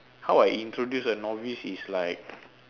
how I introduce a novice is like